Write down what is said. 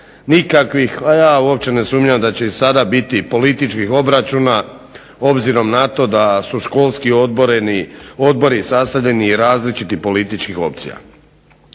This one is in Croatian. nikakvih, a ja uopće ne sumnjam da će i sada biti političkih obračuna, obzirom na to da su školski odbori sastavljeni od različitih političkih opcija,